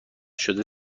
شده